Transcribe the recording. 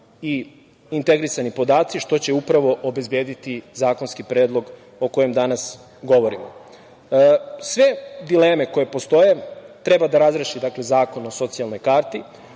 i integrisani podaci, što će upravo obezbediti zakonski predlog o kojem danas govorimo. Sve dileme koje postoje treba da razreši Zakon o socijalnoj karti